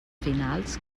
finals